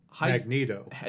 Magneto